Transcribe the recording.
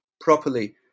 properly